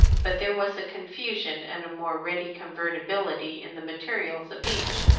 but there was a confusion and a more ready convertibility in the materials of each.